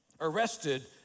arrested